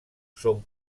són